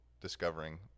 discovering